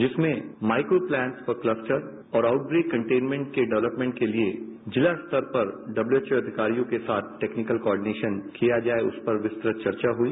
जिसमें micro plans for cluster और outbreak containment के डेवलपमेंट के लिए जिला स्तर पर डब्ल्यू एच ओ अधिकारियों के साथ टेक्निकल कोआर्डिनेशन किया जाए उस पर विस्तृत चर्चा हुई